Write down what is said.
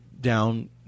down